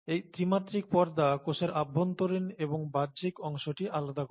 এই ত্রিমাত্রিক পর্দা কোষের অভ্যন্তরীণ এবং বাহ্যিক অংশটি আলাদা করে